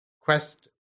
quest